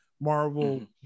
Marvel